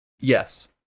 Yes